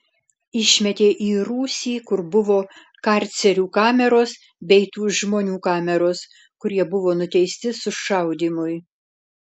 išmetė į rūsį kur buvo karcerių kameros bei tų žmonių kameros kurie buvo nuteisti sušaudymui